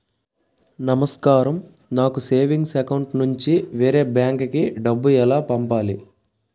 నమస్కారం నాకు savings account నుంచి వేరే బ్యాంక్ కి డబ్బు ఎలా పంపాలి?